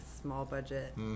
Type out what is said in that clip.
small-budget